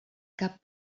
cap